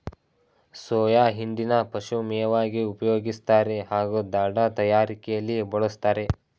soya ಹಿಂಡಿನ ಪಶುಮೇವಾಗಿ ಉಪಯೋಗಿಸ್ತಾರೆ ಹಾಗೂ ದಾಲ್ಡ ತಯಾರಿಕೆಲಿ ಬಳುಸ್ತಾರೆ